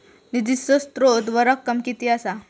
निधीचो स्त्रोत व रक्कम कीती असा?